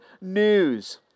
news